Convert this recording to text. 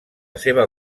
seva